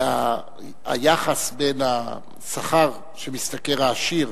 שהיחס בין השכר שמשתכר העשיר